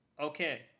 okay